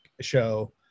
show